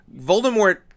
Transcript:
Voldemort